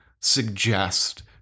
suggest